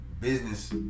business